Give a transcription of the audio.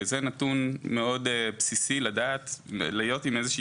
זה נתון מאוד בסיסי להיות עם איזושהי